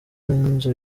n’inzu